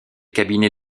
cabinet